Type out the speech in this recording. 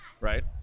right